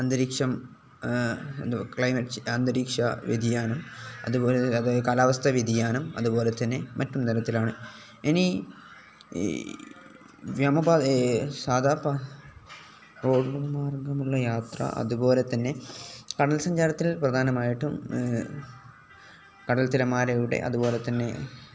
അന്തരീക്ഷം ക്ലൈമറ്റ് അന്തരീക്ഷ വ്യതിയാനം അതുപോലെ അതായത് കാലാവസ്ഥ വ്യതിയാനം അതു പോലെ തന്നെ മറ്റും തരത്തിലാണ് ഇനി വ്യോമ പാദ സാധാ റോഡുകൾ മാർഗ്ഗമുള്ള യാത്ര അതു പോലെ തന്നെ കടൽസഞ്ചാരത്തിൽ പ്രധാനമായിട്ടും കടൽ തിരമാലയുടെ അതുപോലെ തന്നെ